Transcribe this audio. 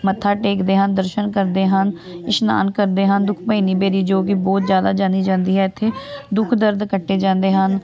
ਮੱਥਾ ਟੇਕਦੇ ਹਨ ਦਰਸ਼ਨ ਕਰਦੇ ਹਨ ਇਸ਼ਨਾਨ ਕਰਦੇ ਹਨ ਦੁੱਖ ਭੰਜਣੀ ਬੇਰੀ ਜੋ ਕਿ ਬਹੁਤ ਜ਼ਿਆਦਾ ਜਾਣੀ ਜਾਂਦੀ ਹੈ ਇੱਥੇ ਦੁੱਖ ਦਰਦ ਕੱਟੇ ਜਾਂਦੇ ਹਨ